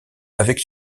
avec